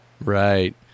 Right